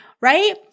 right